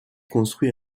construit